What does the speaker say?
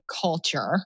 culture